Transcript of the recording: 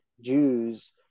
Jews